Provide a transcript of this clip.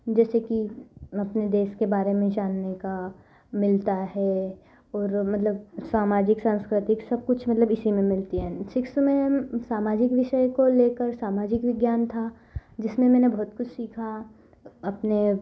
जैसे कि अपने देश के बारे में जानने का मिलता है और मतलब सामाजिक शास्त्र का भी सब कुछ मतलब इसी में मिलती हैं सिक्स में सामाजिक विषय को लेकर सामाजिक विज्ञान था जिसमें मैंने बहुत कुछ सीखा अपने